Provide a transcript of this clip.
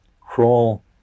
crawl